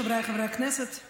חבריי חברי הכנסת,